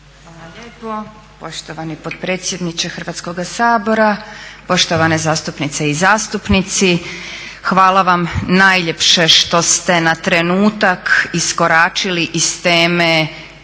Hvala lijepo poštovani potpredsjedniče Hrvatskoga sabora, poštovane zastupnice i zastupnici hvala vam najljepše na trenutak što ste iskoračili iz teme